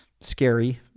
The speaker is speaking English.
scary